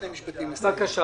ברשותך,